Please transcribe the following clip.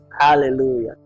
Hallelujah